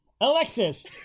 Alexis